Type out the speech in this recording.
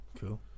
Cool